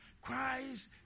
Christ